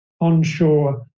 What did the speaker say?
onshore